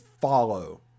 follow